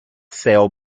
sail